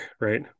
Right